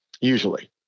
usually